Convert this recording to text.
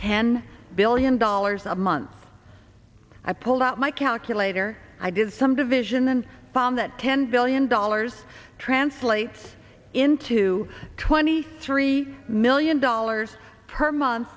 can billion dollars a month i pulled out my calculator i did some division and found that ten billion dollars translates into twenty three million dollars per month